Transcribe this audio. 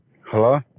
Hello